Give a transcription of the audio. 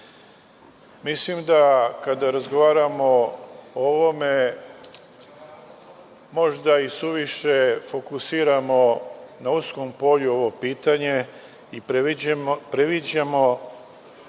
Mislim da, kada razgovaramo o ovome možda i suviše fokusirano uskom polju ovo pitanje i previđamo